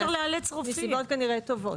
מסיבות כנראה טובות.